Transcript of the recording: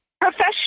professional